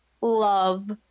love